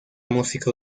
música